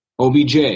OBJ